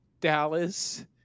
Dallas